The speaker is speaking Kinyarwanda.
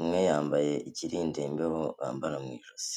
umwe yambaye ikirinda imbeho bambara mu ijosi.